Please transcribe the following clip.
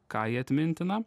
ką jie atmintina